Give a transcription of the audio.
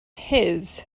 his